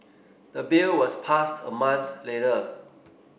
the bill was passed a month later